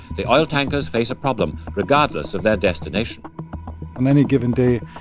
the oil tankers face a problem regardless of their destination on any given day,